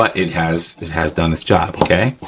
but it has it has done its job, okay.